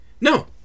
No